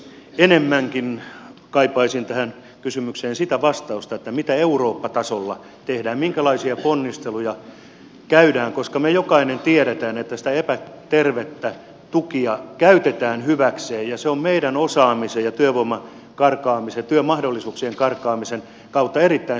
enemmänkin kaipaisin tähän kysymykseen sitä vastausta että mitä eurooppa tasolla tehdään minkälaisia ponnisteluja käydään koska me jokainen tiedämme että sitä epätervettä tukea käytetään hyväksi ja se on meidän osaamisen ja työmahdollisuuksien karkaamisen kautta erittäin suuri riski